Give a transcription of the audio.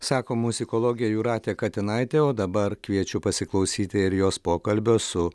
sako muzikologė jūratė katinaitė o dabar kviečiu pasiklausyti ir jos pokalbio su